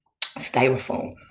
styrofoam